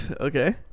Okay